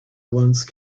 once